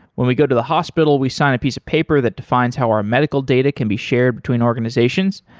when we go to the hospital we sign a piece of paper that defines how our medical data can be shared between organizations,